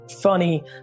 funny